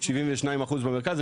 72% במרכז,